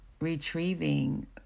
retrieving